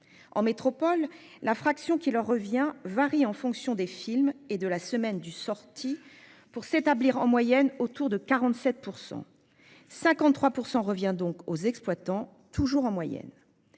En métropole, la fraction qui leur revient varie en fonction des films et de la semaine du sortie pour s'établir en moyenne autour de 47 pour 153% revient donc aux exploitants toujours en moyenne.